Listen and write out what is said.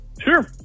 Sure